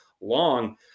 long